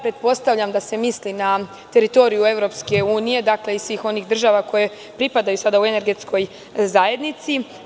Pretpostavljam da se misli na teritoriju EU i svih onih država koje pripadaju sada energetskoj zajednici.